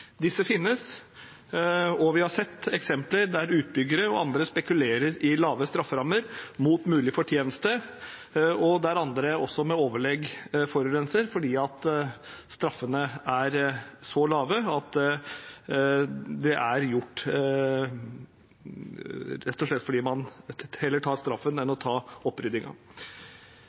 Disse finnes, og vi har sett eksempler der utbyggere og andre spekulerer i lave strafferammer mot mulig fortjeneste, og der andre også med overlegg forurenser fordi straffene er så lave at man rett og slett heller tar straffen enn å ta